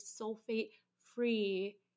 sulfate-free